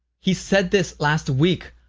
he said this last week.